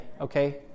okay